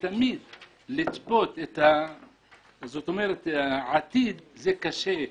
לצפות את העתיד, זה קשה.